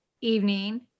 evening